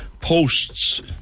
posts